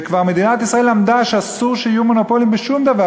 וכבר מדינת ישראל למדה שאסור שיהיו מונופולים בשום דבר,